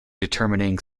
determining